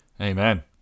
amen